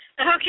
Okay